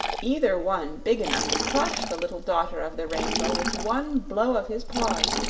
either one big enough to crush the little daughter of the rainbow with one blow of his paws,